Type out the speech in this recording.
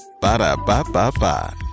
Ba-da-ba-ba-ba